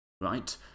right